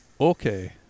okay